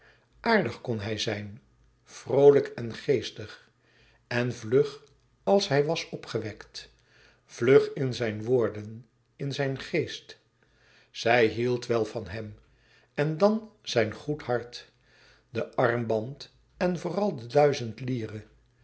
aardig kon hij zijn vroolijk en geestig en vlug als hij was opgewekt vlug in zijn woorden in zijn geest zij hield wel van hem en dan zijn goed hart de armband en vooral de duizend lire